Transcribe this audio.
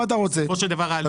מה אתה רוצה ממני.